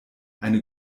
eine